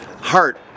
heart